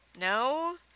No